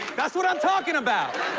that's what i'm talking about.